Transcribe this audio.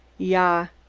yah!